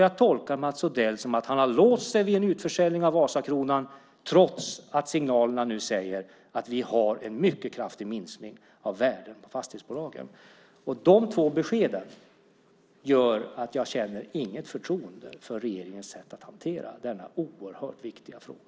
Jag tolkar Mats Odell som att han har låst sig vid en utförsäljning av Vasakronan trots att signalerna nu säger att vi har en mycket kraftig minskning av värden på fastighetsbolagen. De två beskeden gör att jag inte känner något förtroende för regeringens sätt att hantera denna oerhört viktiga fråga.